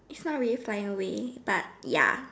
it's not really flying away but ya